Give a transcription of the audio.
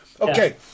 Okay